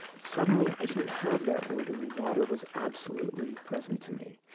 but suddenly i didn't have that word and the water was absolutely present to me.